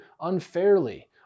unfairly